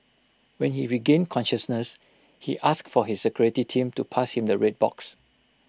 when he regained consciousness he asked for his security team to pass him the red box